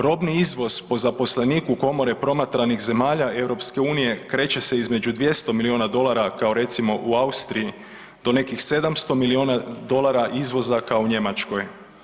Robni izvoz po zaposleniku komore promatranih zemalja EU kreće se između 200 milijuna dolara kao recimo u Austriji do nekih 700 milijuna dolara izvoza kao u Njemačkoj.